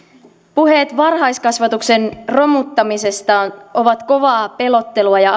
puheet varhaiskasvatuksen romuttamisesta ovat kovaa pelottelua ja